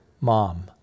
mom